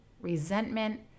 resentment